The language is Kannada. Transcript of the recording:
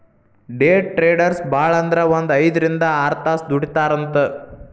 ಡೆ ಟ್ರೆಡರ್ಸ್ ಭಾಳಂದ್ರ ಒಂದ್ ಐದ್ರಿಂದ್ ಆರ್ತಾಸ್ ದುಡಿತಾರಂತ್